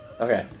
Okay